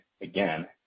again